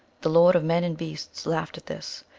the lord of men and beasts laughed at this.